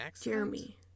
Jeremy